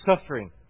suffering